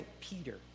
Peter